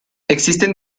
existen